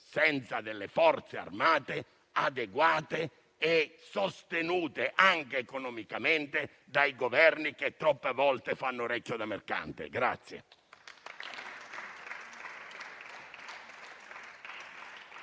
senza Forze armate adeguate e sostenute, anche economicamente, dai Governi che troppe volte fanno orecchie da mercante.